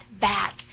back